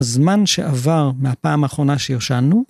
הזמן שעבר מהפעם האחרונה שיישנו.